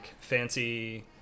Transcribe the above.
fancy